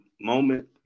moment